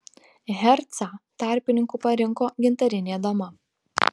hercą tarpininku parinko gintarinė dama